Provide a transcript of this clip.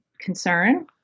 concern